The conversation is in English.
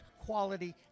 quality